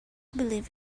believe